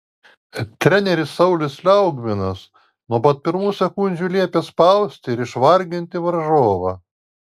treneris saulius liaugminas nuo pat pirmų sekundžių liepė spausti ir išvarginti varžovą